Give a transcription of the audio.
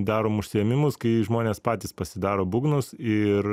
darom užsiėmimus kai žmonės patys pasidaro būgnus ir